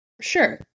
Sure